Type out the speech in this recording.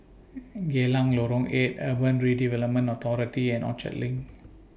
Geylang Lorong eight Urban Redevelopment Authority and Orchard LINK